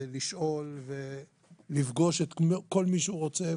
לשאול ולפגוש את כל מי שהוא רוצה,